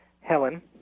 Helen